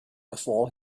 before